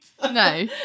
No